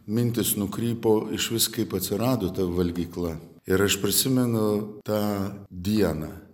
mintys nukrypo išvis kaip atsirado ta valgykla ir aš prisimenu tą dieną